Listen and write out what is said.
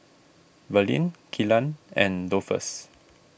Verlene Kylan and Dolphus